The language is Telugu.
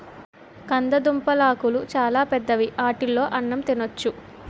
కందదుంపలాకులు చాలా పెద్దవి ఆటిలో అన్నం తినొచ్చు